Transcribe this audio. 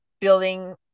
building